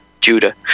Judah